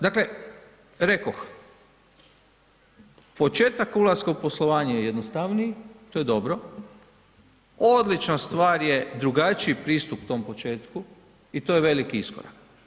Dakle, rekoh, početak ulaska u poslovanje je jednostavniji, to je dobro, odlična stvar je drugačiji pristup tom početku i to je veliki iskorak.